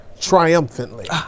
triumphantly